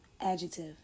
adjective